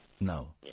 No